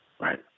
right